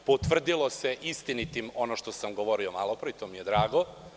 Potvrdilo se istinitim ono što sam govorio malopre i to mi je drago.